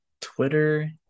twitter